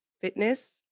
fitness